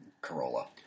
Corolla